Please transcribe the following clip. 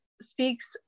speaks